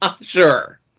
sure